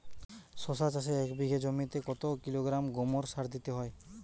শশা চাষে এক বিঘে জমিতে কত কিলোগ্রাম গোমোর সার দিতে হয়?